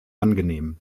angenehm